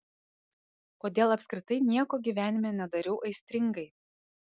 kodėl apskritai nieko gyvenime nedariau aistringai